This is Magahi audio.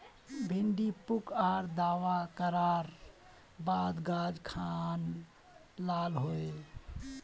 भिन्डी पुक आर दावा करार बात गाज खान लाल होए?